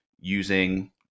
using